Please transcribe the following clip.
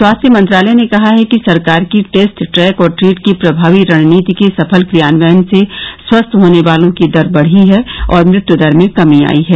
स्वास्थ्य मंत्रालय ने कहा कि सरकार की टेस्ट ट्रैक और ट्रीट की प्रभावी रणनीति के सफल क्रियान्वयन से स्वस्थ होने वालों की दर बढ़ी है और मृत्यु दर में कमी आई है